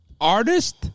artist